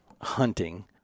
hunting